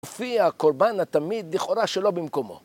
תופיע הקורבן התמיד, לכאורה שלא במקומו